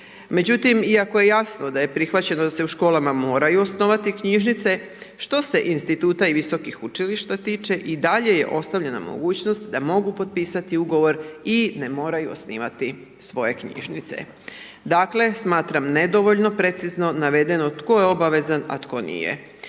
Međutim iako je jasno da je prihvaćeno da se u školama moraju osnovati knjižnice što se instituta i visokih učilišta tiče i dalje je ostavljena mogućnost da mogu potpisati ugovor i ne moraju osnivati svoje knjižnice. Dakle smatram nedovoljno precizno navedeno tko je obavezan a tko nije.